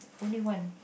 only one